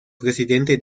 presidente